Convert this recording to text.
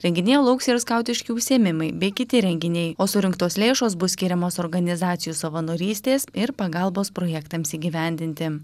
renginyje lauks ir skautiški užsiėmimai bei kiti renginiai o surinktos lėšos bus skiriamos organizacijų savanorystės ir pagalbos projektams įgyvendinti